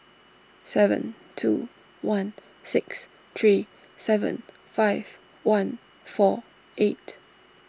seven two one six three seven five one four eight